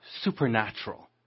supernatural